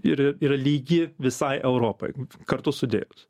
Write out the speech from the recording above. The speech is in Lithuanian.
ir yra lygi visai europai kartu sudėjus